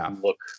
look